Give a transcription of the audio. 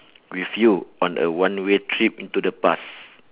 with you on a one way trip into the past